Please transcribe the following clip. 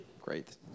Great